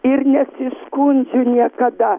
ir nesiskundžiu niekada